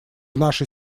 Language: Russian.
нашей